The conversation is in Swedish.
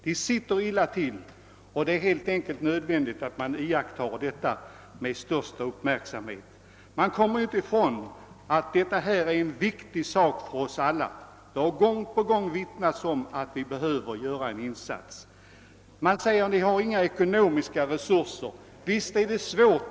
Denna grupp sitter illa till, och det är helt enkelt nödvändigt att med största uppmärksamhet följa deras nuvarande villkor. Man kommer inte ifrån att detta är en viktig fråga för oss alla. Det har gång på gång omvittnats att en insats behöver göras på detta område. Det har gjorts gällande att kommunerna inte har några ekonomiska resurser för de begärda åtgärderna.